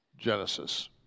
genesis